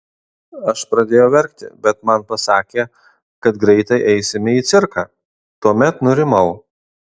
aš pradėjau verkti bet man pasakė kad greitai eisime į cirką tuomet nurimau